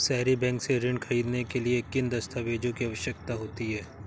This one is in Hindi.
सहरी बैंक से ऋण ख़रीदने के लिए किन दस्तावेजों की आवश्यकता होती है?